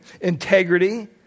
integrity